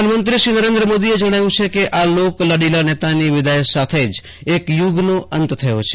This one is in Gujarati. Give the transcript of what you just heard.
પ્રધાનમંત્રી શ્રી મોદીએ જજ્જાવ્યું છે કે આ લોકલાડીલા નેતાની વિદાય સાથે જ એક યુગનો અંત થયો છે